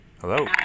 Hello